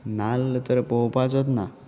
नाल्ल तर पळोवपाचोच ना